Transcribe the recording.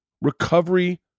recovery